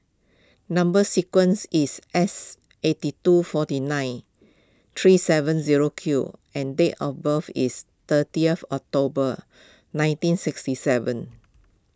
Number Sequence is S eighty two forty nine three seven zero Q and date of birth is thirtieth October nineteen sixty seven